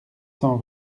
cent